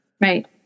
right